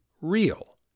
real